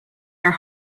your